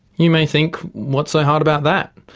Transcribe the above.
you may think what's so hard about that?